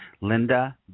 Linda